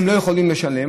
הם לא יכולים לשלם,